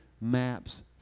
maps